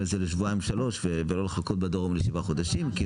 את זה לשבועיים שלוש ולא לחכות בדרום לשבעה חודשים.